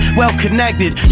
well-connected